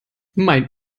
mein